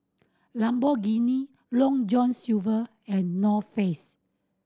Lamborghini Long John Silver and North Face